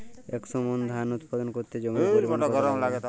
একশো মন ধান উৎপাদন করতে জমির পরিমাণ কত লাগবে?